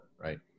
right